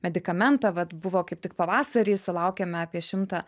medikamentą vat buvo kaip tik pavasarį sulaukėme apie šimtą